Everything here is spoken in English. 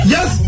Yes